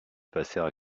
passèrent